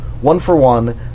one-for-one